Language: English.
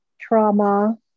trauma